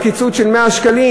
הקיצוץ של 100 שקלים,